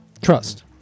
Trust